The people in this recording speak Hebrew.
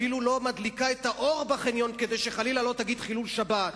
אפילו לא מדליקה את האור בחניון כדי שחלילה לא תגיד חילול שבת.